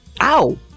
Ow